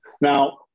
Now